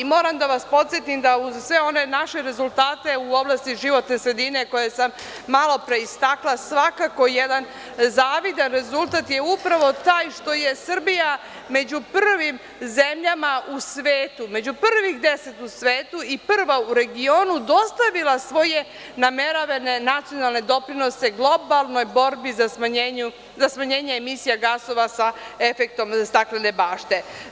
Moram da vas podsetim da uz sve one naše rezultate u oblasti životne sredine koje sam malopre istakla, svakako jedan zavidan rezultat je upravo taj što je Srbija među prvim zemljama u svetu, među prvih 10 u svetu, i prva u regionu dostavila svoje nameravane nacionalne doprinose globalnoj borbi za smanjenje emisija gasova sa efektom staklene bašte.